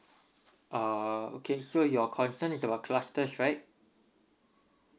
uh okay so your concern is about clusters right